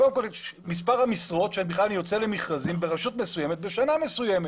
קודם כל מספר המשרות שבכלל יוצאות למכרזים ברשות מסוימת בשנה מסוימת.